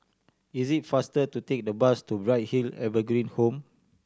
is it faster to take the bus to Bright Hill Evergreen Home